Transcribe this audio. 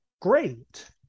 great